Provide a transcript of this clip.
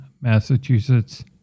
Massachusetts